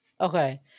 Okay